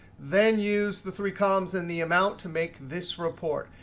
then use the three columns and the amount to make this report.